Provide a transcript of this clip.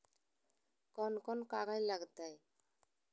कौन कौन कागज लग तय?